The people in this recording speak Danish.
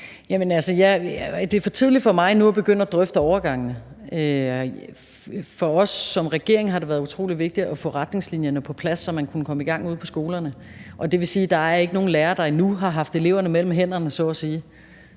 det er for tidligt for mig nu at begynde at drøfte overgangene. For os som regering har det været utrolig vigtigt at få retningslinjerne på plads, så man kunne komme i gang ude på skolerne. Det vil sige, er der ikke er nogen lærere, der endnu har haft eleverne mellem hænderne,